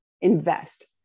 Invest